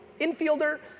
infielder